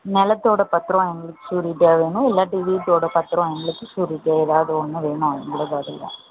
நிலத்தோட பத்திரம் எங்களுக்கு ஸ்யூரிட்டியாக வேணும் இல்லாடி வீட்டோட பத்திரம் எங்களுக்கு ஸ்யூரிட்டியாக எதாவது ஒன்று வேணும் எங்களுக்கு அதில்